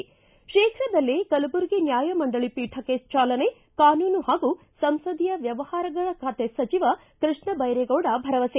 ಿಗಿ ತೀಪ್ರದಲ್ಲೇ ಕಲಬುರ್ಗಿ ನ್ಯಾಯ ಮಂಡಳಿ ಪೀಠಕ್ಕೆ ಚಾಲನೆ ಕಾನೂನು ಮತ್ತು ಸಂಸದೀಯ ವ್ಯವಹಾರಗಳ ಸಚಿವ ಕೃಷ್ಣ ಭೈರೇಗೌಡ ಭರವಸೆ